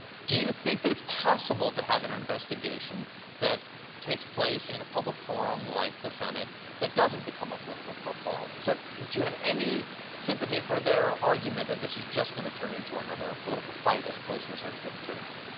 do you think that it is possible to have an investigation that takes place in a public forum like the senate that doesn't become a political football? so do you have any sympathy for their argument that this is just going to turn into another political fight as opposed to a search for the truth?